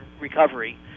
recovery